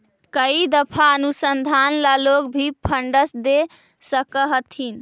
कई दफा अनुसंधान ला लोग भी फंडस दे सकअ हथीन